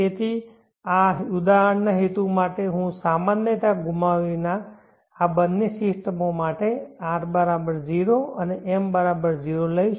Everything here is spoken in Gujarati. તેથી આ ઉદાહરણના હેતુ માટે હું સામાન્યતા ગુમાવ્યા વિના આ બંને સિસ્ટમો માટે R 0 અને M 0 લઈશ